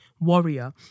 Warrior